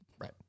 Right